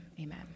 amen